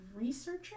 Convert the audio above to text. researcher